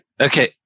Okay